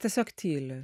tiesiog tyli